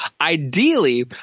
Ideally